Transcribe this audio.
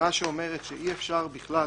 שאומרת שאי אפשר בכלל